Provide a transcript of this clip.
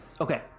Okay